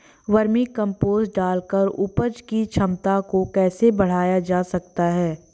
Vermi compost डालकर उपज की क्षमता को कैसे बढ़ाया जा सकता है?